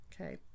Okay